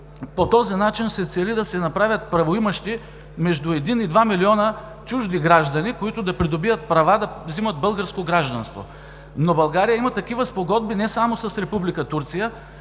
по този начин се цели да се направят правоимащи между един и два милиона чужди граждани, които да придобият права да взимат българско гражданство. Но България има такива спогодби не само с Република